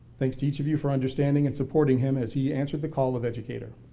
thanks to each of you for understanding and supporting him as he answered the call of educator.